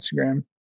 Instagram